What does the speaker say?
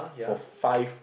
for five